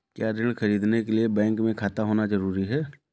क्या ऋण ख़रीदने के लिए बैंक में खाता होना जरूरी है?